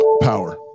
power